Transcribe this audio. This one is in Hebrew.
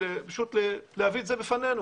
פשוט להביא את זה בפנינו.